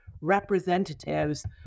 representatives